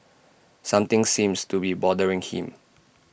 something seems to be bothering him